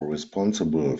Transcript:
responsible